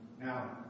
Now